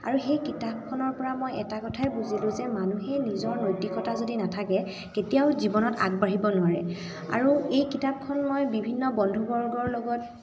আৰু সেই কিতাপখনৰ পৰা মই এটা কথাই বুজিলোঁ যে মানুহৰ নিজৰ নৈতিকতা যদি নাথাকে কেতিয়াও জীৱনত আগবাঢ়িব নোৱাৰে আৰু এই কিতাপখন মই বিভিন্ন বন্ধুবৰ্গৰ লগত